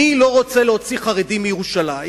אני לא רוצה להוציא חרדים מירושלים,